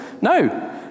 No